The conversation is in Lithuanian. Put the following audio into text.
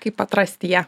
kaip atrasti ją